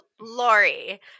Lori